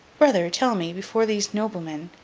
brother, tell me, before these noblemen,